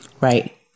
Right